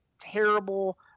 terrible